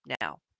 now